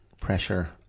Pressure